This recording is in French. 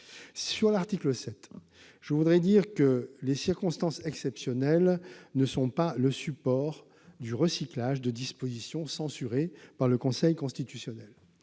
Sur l'article 7, je voudrais dire que les circonstances exceptionnelles ne doivent pas être vues comme l'occasion de recycler des dispositions censurées par le Conseil constitutionnel.